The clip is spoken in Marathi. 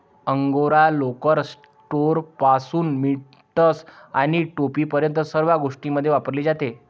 अंगोरा लोकर, स्वेटरपासून मिटन्स आणि टोपीपर्यंत सर्व गोष्टींमध्ये वापरली जाते